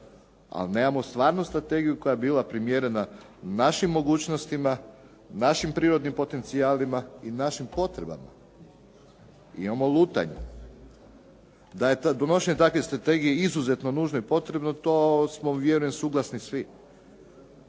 a nemamo stvarno strategiju koja bi bila primjerena našim mogućnostima, našim prirodnim potencijalima i našim potrebama. Mi imamo lutanje. Da je donošenje takve strategije izuzetno nužno i potrebno to smo uvjeren sam suglasni svi.